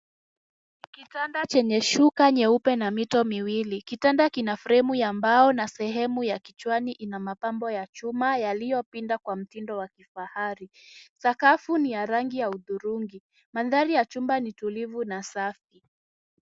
Kitanda chenye shuka nyeupe na mito miwili. Kitanda kina fremu ya mbao na sehemu ya kichwani ina mapambo ya chuma yaliyopinda kwa mtindo wa kifahari. Sakafu ni ya rangi ya hudhurungi. Mandhari ya chumba ni tulivu na safi.